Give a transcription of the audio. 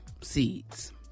seeds